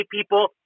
people